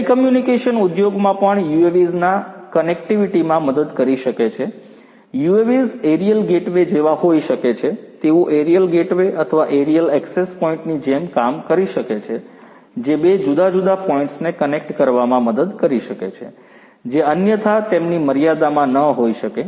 telecommunication ઉદ્યોગમાં પણ UAVs કનેક્ટિવિટીમાં મદદ કરી શકે છે UAVs એરીયલ ગેટવે જેવા હોઇ શકે છે તેઓ એરીયલ ગેટવે અથવા એરીયલ એક્સેસ પોઇન્ટની જેમ કામ કરી શકે છે જે બે જુદા જુદા પોઇન્ટ્સને કનેક્ટ કરવામાં મદદ કરી શકે છે જે અન્યથા તેમની મર્યાદામાં ન હોઈ શકે